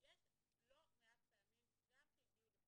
יש לא מעט פעמים גם שהגיעו לפתחי,